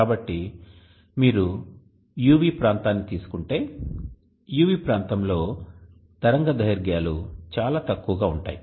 కాబట్టి మీరు UV ప్రాంతాన్ని తీసుకుంటే UV ప్రాంతంలో తరంగదైర్ఘ్యాలు చాలా తక్కువగా ఉంటాయి